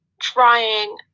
trying